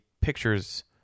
pictures